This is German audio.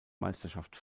meisterschaft